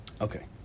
Okay